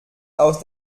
aus